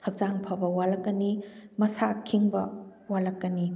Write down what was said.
ꯍꯛꯆꯥꯡ ꯐꯕ ꯋꯥꯠꯂꯛꯀꯅꯤ ꯃꯁꯥ ꯈꯤꯡꯕ ꯋꯥꯠꯂꯛꯀꯅꯤ